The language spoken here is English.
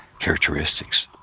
characteristics